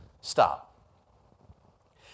Stop